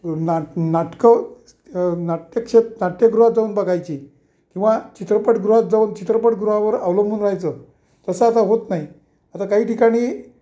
नाट नाटकं नाट्यक्षेत नाट्यगृहात जाऊन बघायची किंवा चित्रपटगृहात जाऊन चित्रपटगृहावर अवलंबून राहायचं तसं आता होत नाही आता काही ठिकाणी